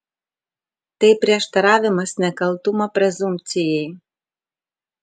tai prieštaravimas nekaltumo prezumpcijai